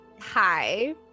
Hi